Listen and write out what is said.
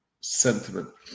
sentiment